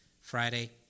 Friday